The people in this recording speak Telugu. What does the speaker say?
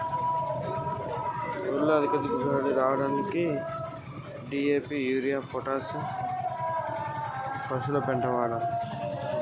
వరిలో ఎక్కువ దిగుబడి రావడానికి ఎటువంటి ఎరువులు వాడాలి?